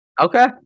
Okay